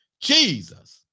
Jesus